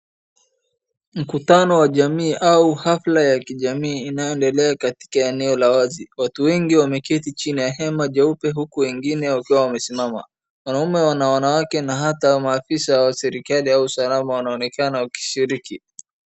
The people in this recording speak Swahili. Mkutano wa jamii au hafla ya kijamii inayoendelea katika eneo la wazi. Watu wengi wameketi chini ya hema jeupe huku wengine wakiwa wamesimama. Wanaume na wanawake na hata maafisa wa serikali au usalama wanaonekana wakishiriki.